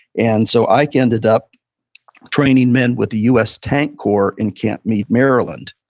and so ike ended up training men with the u s. tank corps in camp meade, maryland.